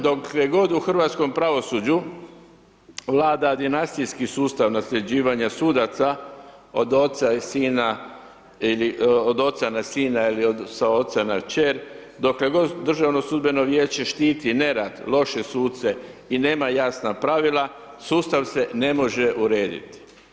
Dokle god u hrvatskom pravosuđu vlada dinastijski sustav nasljeđivanja sudaca od oca i sina ili od oca na sina, ili sa oca na kćer, dokle god Državno sudbeno vijeće štiti nerad, loše suce i nema jasna pravila sustav se ne može uredit.